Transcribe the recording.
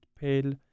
pale